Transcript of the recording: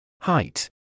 height